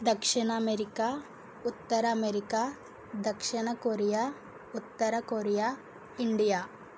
దక్షిణ అమెరికా ఉత్తర అమెరికా దక్షిణ కొరియా ఉత్తర కొరియా ఇండియా